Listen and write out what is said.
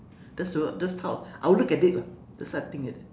that's the word that's how I will look at it lah that's what I think